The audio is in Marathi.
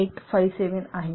0857 आहे